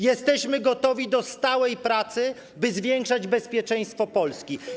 Jesteśmy gotowi do stałej pracy, by zwiększać bezpieczeństwo Polski.